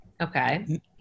Okay